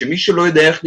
שמי שלא יודע איך להיכנס,